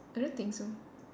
I don't think so